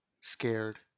scared